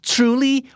Truly